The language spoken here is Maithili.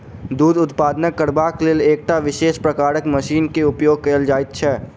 दूध उत्पादन करबाक लेल एकटा विशेष प्रकारक मशीन के उपयोग कयल जाइत छै